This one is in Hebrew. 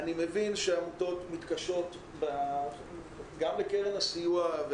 אני מבין שהעמותות מתקשות גם בקרן הסיוע,